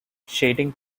shading